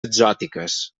exòtiques